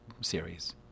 series